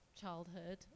childhood